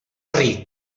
ric